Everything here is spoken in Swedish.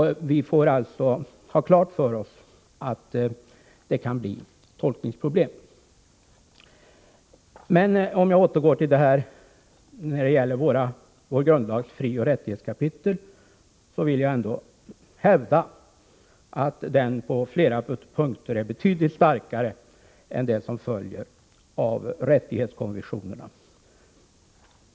Vi får alltså ha klart för oss att det kan bli tolkningsproblem. Om jag återgår till vår grundlags frioch rättighetskapitel vill jag ändå hävda att det skydd som finns där på flera punkter är betydligt starkare än det som följer av rättighetskonventionerna.